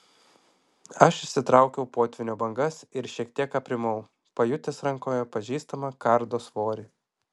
aš išsitraukiau potvynio bangas ir šiek tiek aprimau pajutęs rankoje pažįstamą kardo svorį